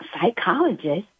psychologist